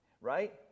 right